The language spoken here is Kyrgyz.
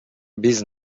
биз